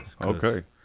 Okay